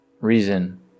Reason